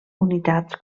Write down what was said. unitats